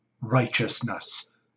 righteousness